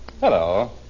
Hello